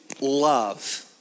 love